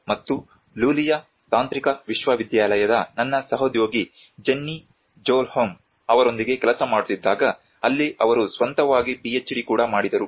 Nilsson ಮತ್ತು Lulea ತಾಂತ್ರಿಕ ವಿಶ್ವವಿದ್ಯಾಲಯದ ನನ್ನ ಸಹೋದ್ಯೋಗಿ ಜೆನ್ನಿ ಸ್ಜೊಹೋಮ್ ಅವರೊಂದಿಗೆ ಕೆಲಸ ಮಾಡುತ್ತಿದ್ದಾಗ ಅಲ್ಲಿ ಅವರು ಸ್ವಂತವಾಗಿ PhD ಕೂಡ ಮಾಡಿದರು